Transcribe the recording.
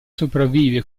sopravvive